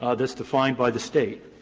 ah that's defined by the state.